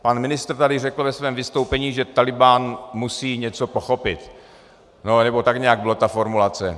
Pan ministr tady řekl ve svém vystoupení, že Tálibán musí něco pochopit, anebo tak nějak byla formulace.